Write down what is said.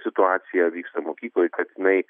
situacija vyksta mokykloj kad jinai